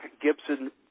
Gibson